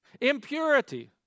Impurity